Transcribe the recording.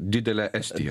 didelę estija kadro